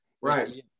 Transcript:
right